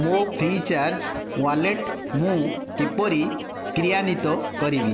ମୋ Freecharge wallet ମୁଁ କିପରି କ୍ରିୟାନ୍ଵିତ କରିବି